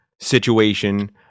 situation